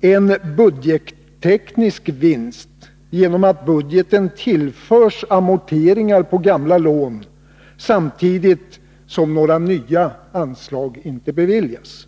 en budgetteknisk vinst genom att budgeten tillförs amorteringar på gamla lån, samtidigt som några nya anslag inte beviljas.